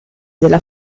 della